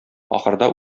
ахырда